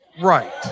Right